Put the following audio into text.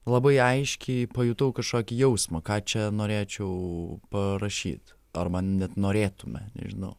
labai aiškiai pajutau kažkokį jausmą ką čia norėčiau parašyt arba net norėtume nežinau